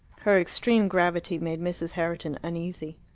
her extreme gravity made mrs. herriton uneasy.